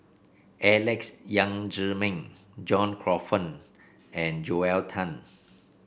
Alex Yam Ziming John Crawfurd and Joel Tan